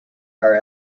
are